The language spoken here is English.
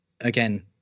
again